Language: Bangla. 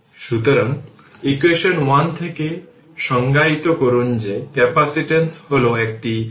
সুতরাং এখানে i y time t v 2 যে 2 হল 2 Ω প্রতিরেজিস্টর